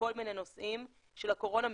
מכל מיני נושאים של הקורונה,